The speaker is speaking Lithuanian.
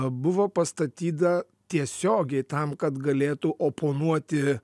buvo pastatyda tiesiogiai tam kad galėtų oponuoti